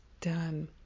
done